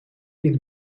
вид